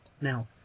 now